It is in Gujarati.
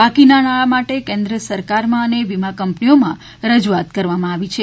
બાકીના નાણાં માટે કેન્દ્ર સરકારમાં અને વીમા કંપનીઓમાં રજુઆત કરવામાં આવી છે